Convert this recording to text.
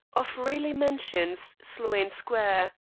of raleigh mansions, sloane square.